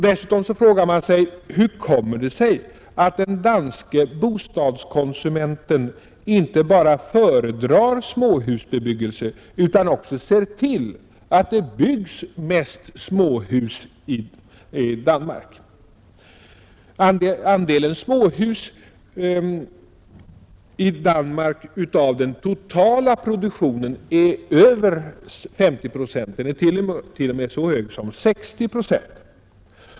Dessutom frågar man sig: Hur kommer det sig att den danske bostadskonsumenten inte bara föredrar småhusbebyggelse utan också ser till att det byggs mest småhus i Danmark? Andelen småhus i Danmark av den totala produktionen är över 50 procent, den är t.o.m. så hög som 60 procent.